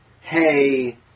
hey